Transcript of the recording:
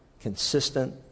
consistent